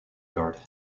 guard